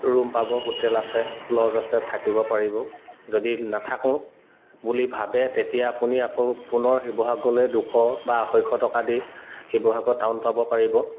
room পাব hotel আছে lodge আছে থাকিব পাৰিব যদি নাথাকো বুলি ভাবে তেতিয়া আপুনি আকৌ পুনৰ শিৱসাগলৈ দুশ বা আঢ়ৈশ টকা দি শিৱসাগৰ টাউন পাব পাৰিব